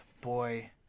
Boy